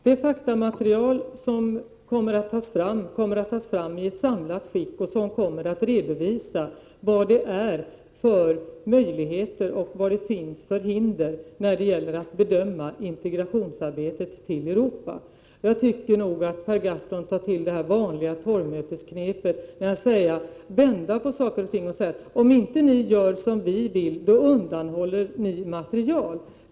Fru talman! Det faktamaterial som kommer att utarbetas skall tas fram i samlat skick, och i det kommer att redovisas vilka möjligheter och hinder som finns när det gäller att bedöma arbetet med integrationen i Europa. Jag tycker nog att Per Gahrton tar till det vanliga torgmötesknepet att vända på saker och ting. Han säger: Om ni inte gör som vi vill, undanhåller ni Prot. 1988/89:82 material.